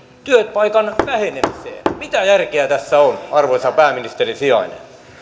työpaikan vähenemiseen mitä järkeä tässä on arvoisa pääministerin sijainen